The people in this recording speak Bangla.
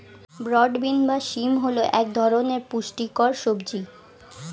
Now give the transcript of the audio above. ব্রড বিন বা শিম হল এক ধরনের পুষ্টিকর সবজি